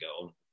go